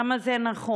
כמה זה נכון?